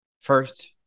first